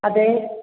അതെ